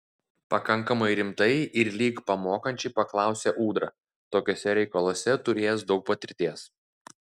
pakankamai rimtai ir lyg pamokančiai paklausė ūdra tokiuose reikaluose turėjęs daug patirties